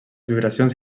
vibracions